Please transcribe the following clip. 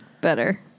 better